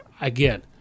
Again